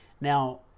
Now